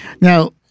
Now